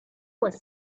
was